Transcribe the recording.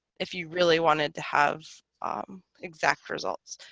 if you really wanted to have exact results.